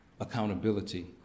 accountability